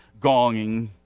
gonging